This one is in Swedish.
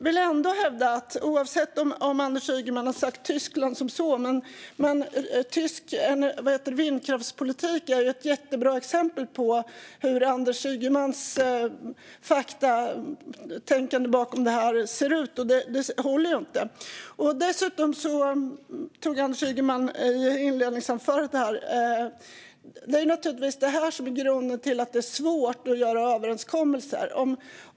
Oavsett om Anders Ygeman har sagt så om Tyskland vill jag hävda att tysk vindkraftspolitik är ett jättebra exempel på hur Anders Ygemans faktatänkande bakom det här ser ut, och det håller ju inte. Dessutom är det, med tanke på vad Anders Ygeman sa i interpellationssvaret, naturligtvis det här som är grunden till att det är svårt att göra överenskommelser.